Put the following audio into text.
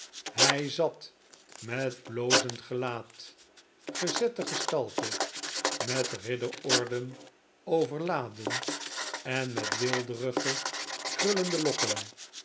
hij zat met blozend gelaat gezette gestalte met ridderorden overladen en met weelderige krullende lokken